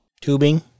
Tubing